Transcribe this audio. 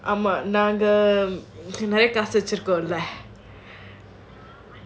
ஆமா நாங்க நெறய காசு வச்சிருக்கோம்ல:aamaa naanga neraya kaasu vachirukomla